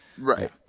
right